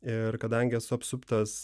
ir kadangi esu apsuptas